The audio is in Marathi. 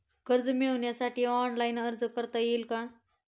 कर्ज मिळण्यासाठी ऑफलाईन अर्ज करता येईल का?